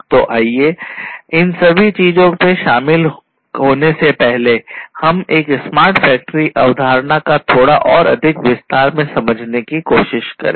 तो आइए इन सभी चीजों में शामिल होने से पहले हम इस स्मार्ट फ़ैक्टरी अवधारणा को थोड़ा और अधिक विस्तार में समझने की कोशिश करें